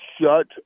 shut